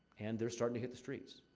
and they're starting to hit the streets.